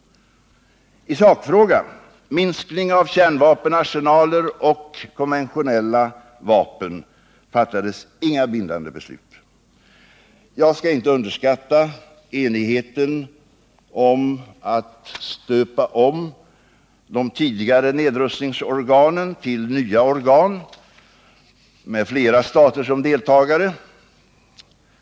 I sakfrågan — minskning av kärnvapenarsenaler och konventionella vapen — fattades inga bindande beslut. Jag vill inte underskatta enigheten om att stöpa om de tidigare nedrustningsorganen till nya organ med flera stater som deltagare.